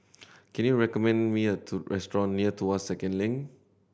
can you recommend me a to restaurant near Tuas Second Link